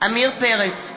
עמיר פרץ,